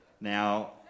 Now